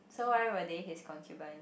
so why were they his concubine